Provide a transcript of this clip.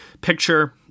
picture